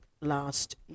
last